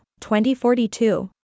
2042